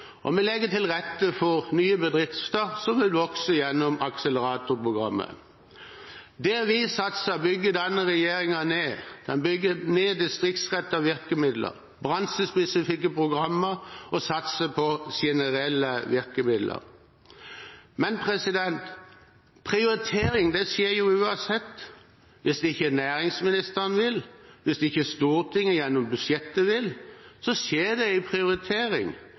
toppindustrisenter. Vi legger til rette for nye bedrifter som vil vokse gjennom akseleratorprogrammet. Der vi satser, bygger denne regjeringen ned. Den bygger ned distriktsrettede virkemidler, bremser spesifikke programmer og satser på generelle virkemidler. Men prioritering skjer jo uansett. Hvis ikke næringsministeren vil, hvis ikke Stortinget gjennom budsjettet vil, så skjer det en prioritering. Forskjellen er at det skjer i